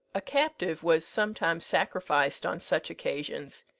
a captive was sometimes sacrificed on such occasions.